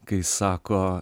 kai sako